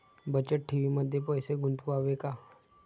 बचत ठेवीमध्ये पैसे गुंतवावे का?